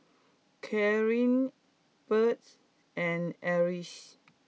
Kylene Bird and Eris